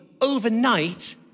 overnight